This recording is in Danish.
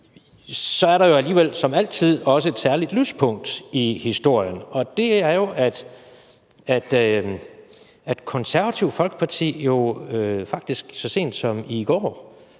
Så er der jo alligevel som altid også et særligt lyspunkt i historien, og det er jo, at faktisk så sent som i går